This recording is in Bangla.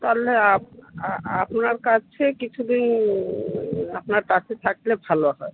তাহলে আপ আপনার কাছে কিছু দিন আপনার কাছে থাকলে ভালো হয়